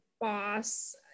boss